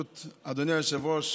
אדוני היושב-ראש,